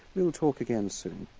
we'll talk again soon.